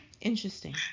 interesting